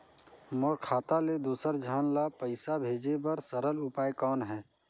मोर खाता ले दुसर झन ल पईसा भेजे बर सरल उपाय कौन हे?